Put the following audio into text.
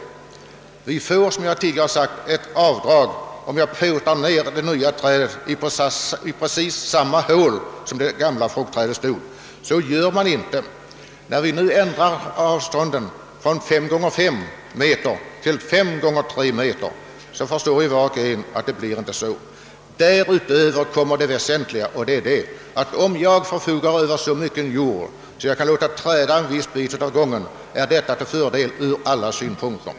Vi fruktodlare får, som jag tidigare sagt, avdrag om vi påtar ned det nya trädet i samma hål där det gamla fruktträdet stod. Så gör man emellertid inte, utan man ändrar avståndet från 5 X 5 meter till 5 x 3 meter. Därtill kommer en annan väsentlig sak. Om jag förfogar över så mycket jord att jag kan låta en viss bit ligga i träda, är detta till fördel ur alla synpunkter.